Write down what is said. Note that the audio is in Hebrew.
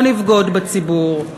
לא נבגוד בציבור,